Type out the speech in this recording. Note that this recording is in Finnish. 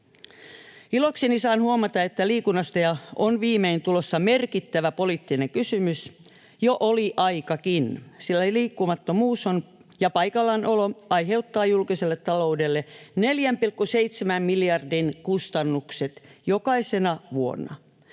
Ilokseni saan huomata, että liikunnasta on viimein tulossa merkittävä poliittinen kysymys. Jo oli aikakin, sillä liikkumattomuus ja paikallaanolo aiheuttaa julkiselle taloudelle 4,7 miljardin kustannukset jokaisena vuonna.